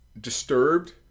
disturbed